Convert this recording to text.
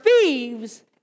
thieves